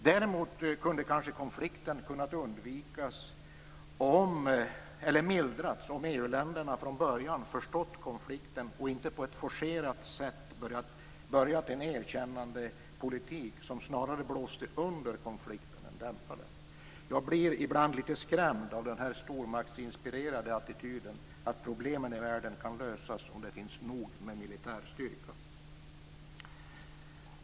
Däremot hade kanske konflikten kunnat mildras om EU-länderna från början förstått konflikten och inte på ett forcerat sätt börjat en erkännandepolitik som snarare blåste under konflikten än dämpade den. Jag blir ibland litet skrämd av den här stormaktsinspirerade attityden, att problemen i världen kan lösas om det finns nog med militär styrka.